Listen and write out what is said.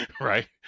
right